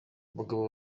abagabo